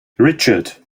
richard